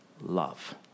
love